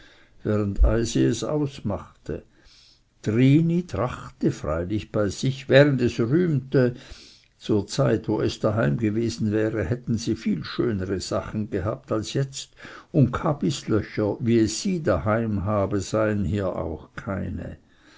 es ausmachte trini dachte freilich bei sich während es rühmte zur zeit wo es daheim gewesen wäre hätten sie viel schönere sachen gehabt als jetzt und kabislöcher wie es sie daheim habe seien hier auch keine